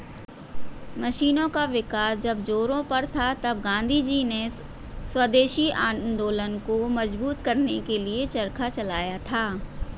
मशीनों का विकास जब जोरों पर था तब गाँधीजी ने स्वदेशी आंदोलन को मजबूत करने के लिए चरखा चलाया था